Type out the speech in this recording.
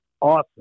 awesome